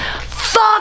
Fuck